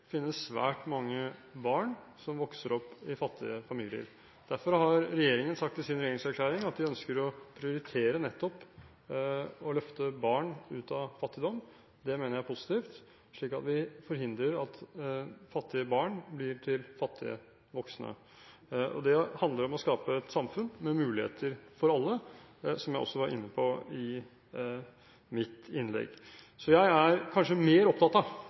finnes svært mange barn som vokser opp i fattige familier. Derfor har regjeringen sagt i sin regjeringserklæring at den ønsker å prioritere og løfte nettopp barn ut av fattigdom. Det mener jeg er positivt, slik at vi forhindrer at fattige barn blir til fattige voksne. Det handler om å skape et samfunn med muligheter for alle, som jeg også var inne på i mitt innlegg. Jeg er kanskje mer opptatt enn representanten Micaelsen av